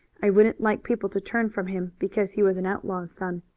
i wouldn't like people to turn from him because he was an outlaw's son.